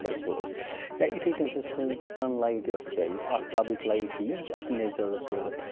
resources یا یِتھَے کَنۍ چھِ سٲنۍ سَن لایٹ یۄس چھےٚ یُس آختابٕچ لایٹ چھِ یہِ تہِ چھِ اَکھ نیچرل رِسورٕس